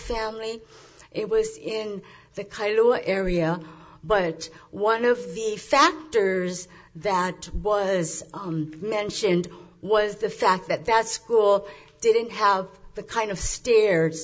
family it was in the keitel area but one of the factors that was mentioned was the fact that that school didn't have the kind of stairs